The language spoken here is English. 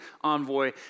envoy